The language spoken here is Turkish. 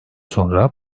sonra